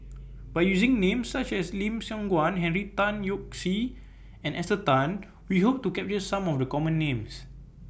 By using Names such as Lim Siong Guan Henry Tan Yoke See and Esther Tan We Hope to capture Some of The Common Names